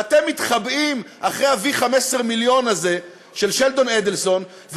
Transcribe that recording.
ואתם מתחבאים מאחורי ה-V 15 מיליון הזה של שלדון אדלסון,